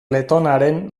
letonaren